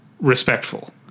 respectful